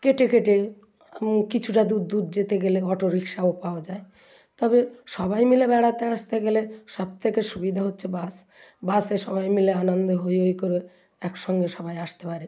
কেটে কেটে কিছুটা দূর দূর যেতে গেলে অটো রিক্সাও পাওয়া যায় তবে সবাই মিলে বেড়াতে আসতে গেলে সবথেকে সুবিধা হচ্ছে বাস বাসে সবাই মিলে আনন্দ হয় হয় করে একসঙ্গে সবাই আসতে পারে